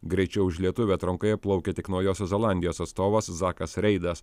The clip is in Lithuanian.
greičiau už lietuvį atrankoje plaukė tik naujosios zelandijos atstovas zakas reidas